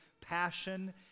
passion